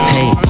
Hey